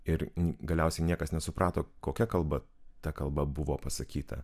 ir galiausiai niekas nesuprato kokia kalba ta kalba buvo pasakyta